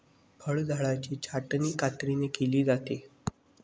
फळझाडांची छाटणी कात्रीने केली जाते